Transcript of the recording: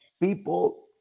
People